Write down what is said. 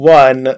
one